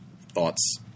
thoughts